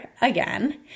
again